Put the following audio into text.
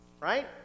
Right